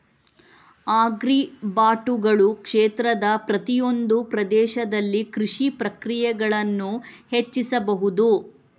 ಆಗ್ರಿಬಾಟುಗಳು ಕ್ಷೇತ್ರದ ಪ್ರತಿಯೊಂದು ಪ್ರದೇಶದಲ್ಲಿ ಕೃಷಿ ಪ್ರಕ್ರಿಯೆಗಳನ್ನು ಹೆಚ್ಚಿಸಬಹುದು